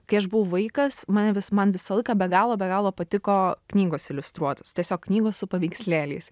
kai aš buvau vaikas mane vis man visą laiką be galo be galo patiko knygos iliustruotos tiesiog knygos su paveikslėliais